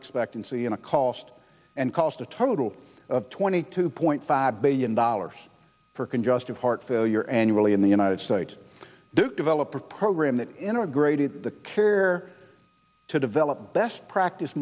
expectancy in a cost and cost a total of twenty two point five billion dollars for congestive heart failure annually in the united states do develop a program that integrated the care to develop best practice